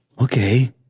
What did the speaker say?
Okay